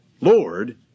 Lord